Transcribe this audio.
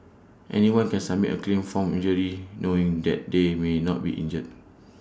anyone can submit A claim for injury knowing that they may not be injured